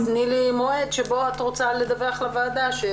אז תני לי מועד שבו את רוצה לדווח לוועדה.